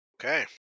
Okay